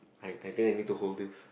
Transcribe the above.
I I think I need to hold this